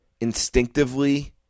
instinctively